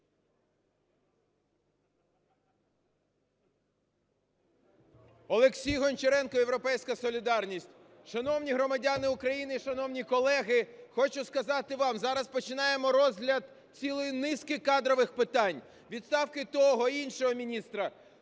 Олексій Гончаренко, "Європейська солідарність". Шановні громадяни України і шановні колеги, хочу сказати вам, зараз починаємо розгляд цілої низки кадрових питань: відставки того, іншого міністра.